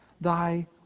Thy